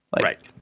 Right